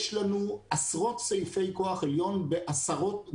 יש לנו עשרות סעיפי כוח עליון באלפי